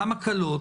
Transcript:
למה קלות?